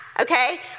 Okay